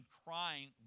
crying